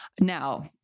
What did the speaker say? Now